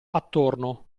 attorno